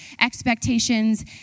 expectations